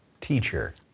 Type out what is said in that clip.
teacher